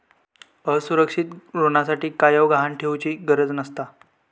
असुरक्षित ऋणासाठी कायव गहाण ठेउचि गरज नसता